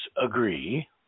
agree